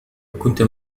أكنت